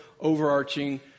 overarching